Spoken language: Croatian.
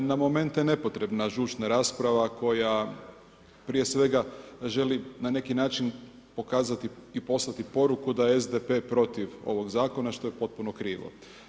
Na momente nepotrebna žučna rasprava koja prije svega želi na neki način pokazati i poslati poruku da SDP protiv ovog zakona što je potpuno krivo.